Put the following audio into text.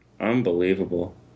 Unbelievable